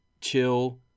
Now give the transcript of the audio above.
chill